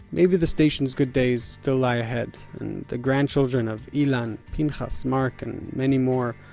maybe the station's good days still lie ahead, and the grandchildren of ilan, pinchas, mark and many more,